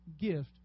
gift